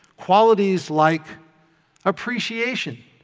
qualities like appreciation,